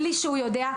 בלי שהוא יודע,